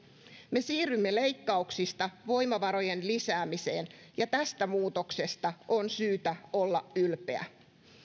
me siirrymme leikkauksista voimavarojen lisäämiseen ja tästä muutoksesta on syytä olla ylpeä